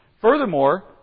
Furthermore